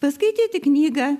paskaityti knygą